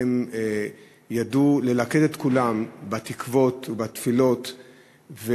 ידעו ללכד את כולם בתקוות ובתפילות,